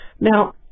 Now